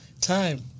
time